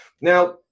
Now